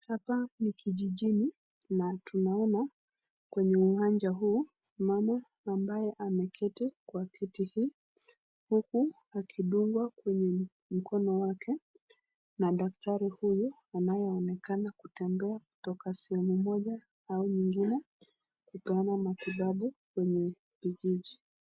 Hapa ni kijijini na tunaona kwenye uwanja huu mama aliyeketi kwenye kiti hii huku akidungwa kwenye mkono wake na daktari huyu ambaye anaonekana kutembea kutoka sehemu moja hadi nyingine kupeana matibabu kwenye kijiji.